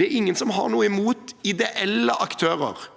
Det er ingen som har noe imot ideelle aktører.